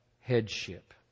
headship